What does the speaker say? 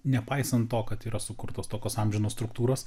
nepaisant to kad yra sukurtos tokios amžinos struktūros